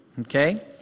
okay